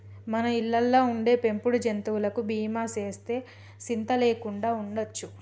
మన ఇళ్ళలో ఉండే పెంపుడు జంతువులకి బీమా సేస్తే సింత లేకుండా ఉండొచ్చు